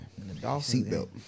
Seatbelt